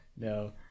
No